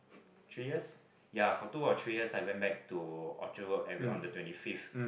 three years ya for two or three years I went back to Orchard-Road every on the twenty fifth